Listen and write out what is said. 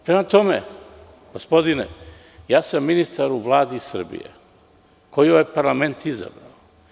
Prema tome, gospodine, ministar sam u Vladi Srbije koju je ovaj parlament izabrao.